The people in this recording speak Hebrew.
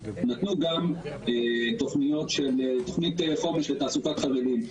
נתנו גם תכנית חומש לתעסוקת חרדים,